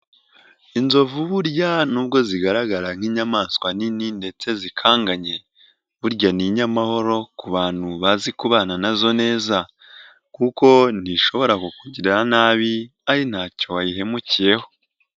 Inzovu burya nubwo zigaragara nk'inyamaswa nini ndetse zikanganye burya ni inyamahoro ku bantu bazi kubana nazo neza kuko ntishobora kukugirira nabi ari ntacyo wayihemukiyeho.